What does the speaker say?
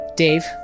Dave